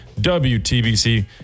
WTBC